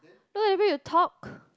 look at the way you talk